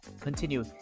continue